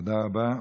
תודה רבה.